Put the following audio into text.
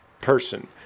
person